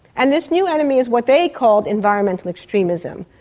and this new enemy is what they called environmental extremism,